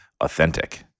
authentic